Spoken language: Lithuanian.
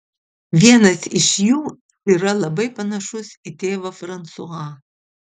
vienas iš jų yra labai panašus į tėvą fransuą